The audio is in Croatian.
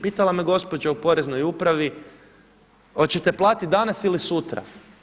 Pitala me gospođa u Poreznoj upravi hoćete platiti danas ili sutra.